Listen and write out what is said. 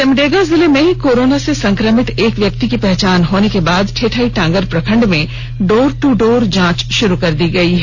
सिमडेगा जिले में कोरोना से संक्रमित एक व्यक्ति की पहचान होने के बाद ठेठईटांगर प्रखंड में डोर टू डोर जांच शुरू कर दी गयी है